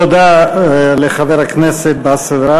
תודה לחבר הכנסת גטאס באסל.